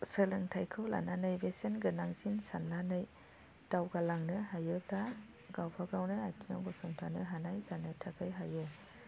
सोलोंथायखौ लानानै बेसेन गोनांसिन साननानै दावगालांनो हायोब्ला गावबागावनो आथिङाव गसंथानो हानाय जानो थाखाय हायो